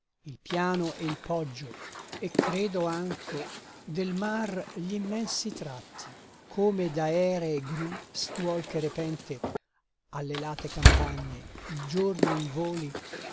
il piano e il poggio e credo anco del mar gl'immensi tratti come d'aeree gru stuol che repente alle late campagne il giorno involi